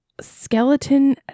skeleton